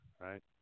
right